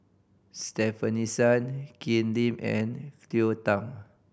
Stefanie Sun Ken Lim and Cleo Thang